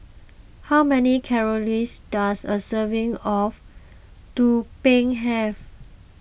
how many calories does a serving of Tumpeng have